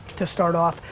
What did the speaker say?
to start off,